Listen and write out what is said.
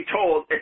told